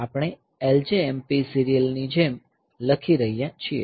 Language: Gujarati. આપણે LJMP સિરિયલ ની જેમ લખી રહ્યા છીએ